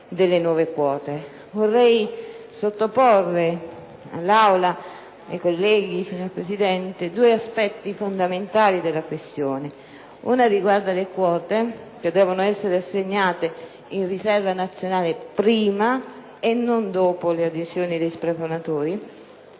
delle nuove quote. Vorrei sottoporre all'Assemblea, signora Presidente, due aspetti fondamentali della questione: uno riguarda il fatto che le quote devono essere assegnate in riserva nazionale prima e non dopo le adesioni degli splafonatori;